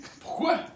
Pourquoi